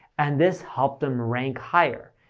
and this helped them rank higher.